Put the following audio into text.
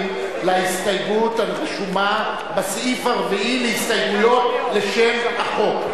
להסתייגות הרשומה בסעיף הרביעי להסתייגויות לשם החוק.